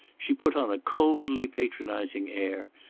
she put on a coldly patronizing air,